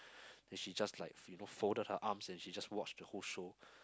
then she just like you know folded her arms and she just watch the whole show